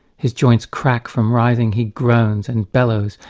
his joins crack from writhing he groans and bellows,